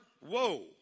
whoa